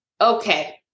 okay